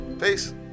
Peace